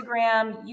Instagram